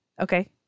Okay